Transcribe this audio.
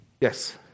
Yes